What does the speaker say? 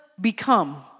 become